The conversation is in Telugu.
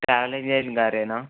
ట్రావెలింగ్ ఏజెంట్ గారేనా